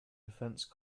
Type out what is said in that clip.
defence